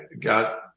got